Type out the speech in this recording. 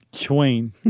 Twain